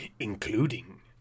including